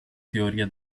teoria